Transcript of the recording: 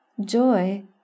joy